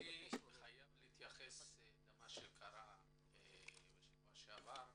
אני חייב להתייחס למה שקרה בשבוע שעבר.